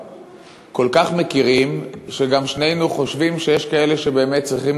כך מכירים שגם שנינו חושבים שיש כאלה שבאמת צריכים